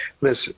Listen